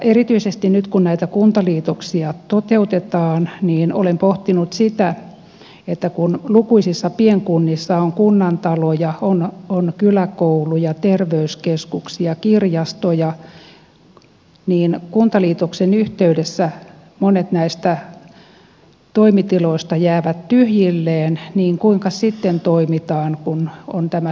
erityisesti nyt kun näitä kuntaliitoksia toteutetaan olen pohtinut sitä että kun lukuisissa pienkunnissa on kunnantaloja on kyläkouluja terveyskeskuksia kirjastoja niin kuntaliitoksen yhteydessä monet näistä toimitiloista jäävät tyhjilleen niin kuinkas sitten toimitaan kun on tämä suurkunta